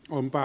ompa